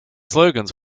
slogans